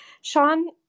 sean